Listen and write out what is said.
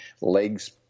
legs